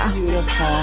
Beautiful